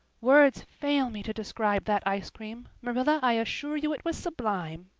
words fail me to describe that ice cream. marilla, i assure you it was sublime.